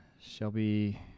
Shelby